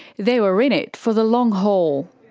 they were in it for the long haul.